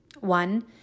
One